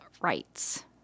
rights